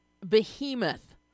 behemoth